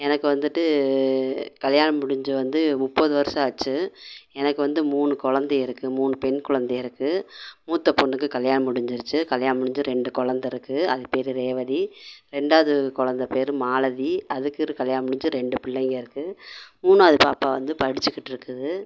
எனக்கு வந்துட்டு கல்யாணம் முடிஞ்சு வந்து முப்பது வருடம் ஆச்சு எனக்கு வந்து மூணு குழந்தைய இருக்குது மூணு பெண் குழந்தைகள் இருக்குது மூத்த பொண்ணுக்கு கல்யாணம் முடிஞ்சிடுச்சு கல்யாணம் முடிஞ்சு ரெண்டு குலந்த இருக்கும் அது பேர் ரேவதி ரெண்டாவது குலந்த பேர் மாலதி அதுக்கும் கல்யாணம் முடிஞ்சு ரெண்டு பிள்ளைங்கள் இருக்கும் மூணாவது பாப்பா வந்து படிச்சிக்கிட்டு இருக்குது